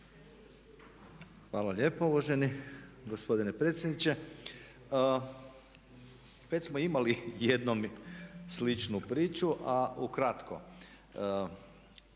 Hvala lijepo uvaženi gospodine predsjedniče. Već smo imali jednom sličnu priču a ukratko.